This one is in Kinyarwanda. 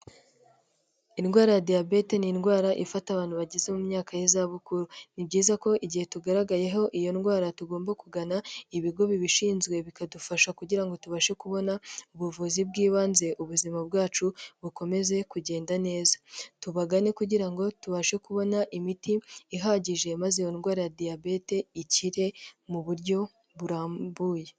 Indwara ya diyabete, ni indwara ifata abantu bageze mu myaka y'izabukuru, ni byiza ko igihe tugaragayeho iyo ndwara tugomba kugana ibigo bibishinzwe, bikadufasha kugira ngo tubashe kubona ubuvuzi bw'ibanze, ubuzima bwacu bukomeze kugenda neza. Tubagane kugira ngo tubashe kubona imiti ihagije, maze iyo ndwara ya diyabete ikire mu buryo burambuye.